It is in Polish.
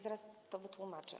Zaraz to wytłumaczę.